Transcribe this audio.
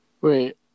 Wait